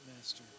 master